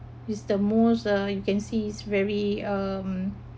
is the most uh you can see is very um